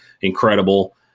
incredible